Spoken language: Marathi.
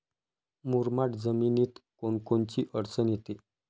मुरमाड जमीनीत कोनकोनची अडचन येते?